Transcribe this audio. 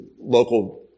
local